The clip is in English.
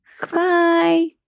Goodbye